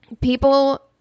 people